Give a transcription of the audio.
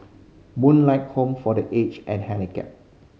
Moonlight Home for The Aged and Handicap